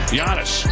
Giannis